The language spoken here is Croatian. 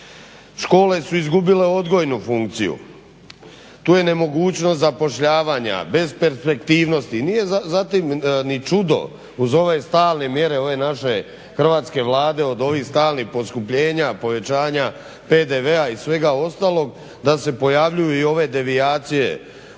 Škole su izgubile odgojnu funkciju, tu je nemogućnost zapošljavanja, besperspektivnost i nije zatim ni čudo uz ove stalne mjere, ove naše hrvatske Vlade od ovih stalnih poskupljenja, povećanja PDV-a i svega ostalog da se pojavljuju i ove devijacije u